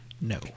No